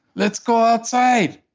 let's go outside.